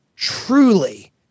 truly